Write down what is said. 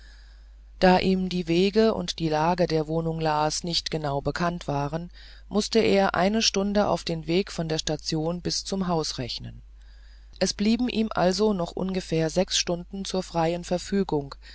da ihm die wege und die lage der wohnung las nicht genau bekannt waren mußte er eine stunde auf den weg von der station bis zum haus rechnen es blieben ihm also noch ungefähr sechs stunden zur freien verfügung